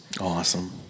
Awesome